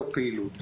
לא פעילות.